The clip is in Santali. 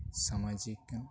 ᱥᱟᱢᱟᱡᱤᱠ